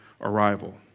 arrival